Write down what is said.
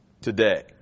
today